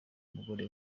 umugore